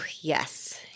yes